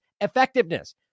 effectiveness